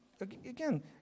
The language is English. again